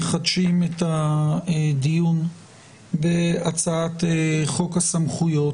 כפי שהחלטנו לפני זמן קצר אנחנו מחדשים את הדיון בהצעת חוק הסמכויות